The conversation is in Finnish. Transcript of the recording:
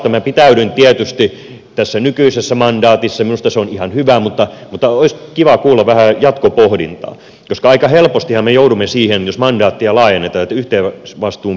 minä pitäydyn tietysti tässä nykyisessä mandaatissa minusta se on ihan hyvä mutta olisi kiva kuulla vähän jatkopohdintaa koska aika helpostihan me joudumme siihen jos mandaattia laajennetaan että yhteisvastuun piiri kasvaa